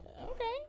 Okay